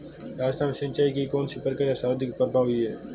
राजस्थान में सिंचाई की कौनसी प्रक्रिया सर्वाधिक प्रभावी है?